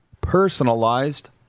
personalized